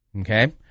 Okay